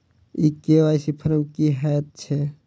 ई KYC form की हएत छै?